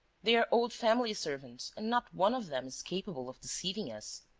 they are old family servants and not one of them is capable of deceiving us.